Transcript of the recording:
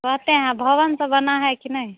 कहते हैं भवन तो बना है कि नहीं